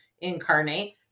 incarnate